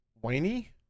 whiny